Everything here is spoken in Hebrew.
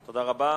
תודה רבה.